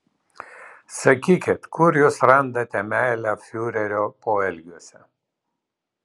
sakykit kur jūs randate meilę fiurerio poelgiuose